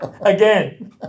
Again